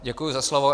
Děkuju za slovo.